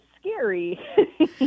scary